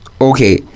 Okay